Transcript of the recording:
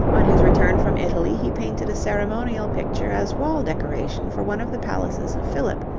on his return from italy he painted a ceremonial picture as wall decoration for one of the palaces of philip,